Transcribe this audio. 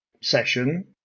session